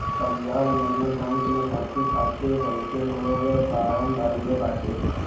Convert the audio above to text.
Punjab national bank में भर्ती खातिर बहुते लोग फारम भरले बाटे